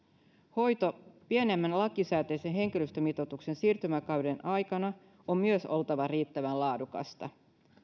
hoidon pienemmän lakisääteisen henkilöstömitoituksen siirtymäkauden aikana on myös oltava riittävän laadukasta